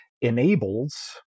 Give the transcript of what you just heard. enables